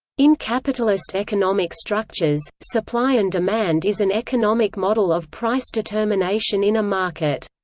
in capitalist economic structures, supply and demand is an economic model of price determination in a market.